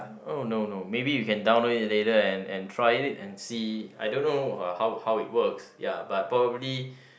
oh no no maybe you can download it later and and try it and see I don't know how how it works ya but probably